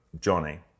Johnny